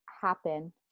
happen